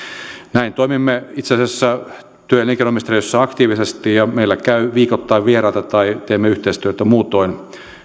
näin toimimme itse asiassa työ ja elinkei noministeriössä aktiivisesti ja meillä käy viikoittain vieraita tai teemme yhteistyötä muutoin